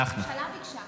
(קוראת בשמות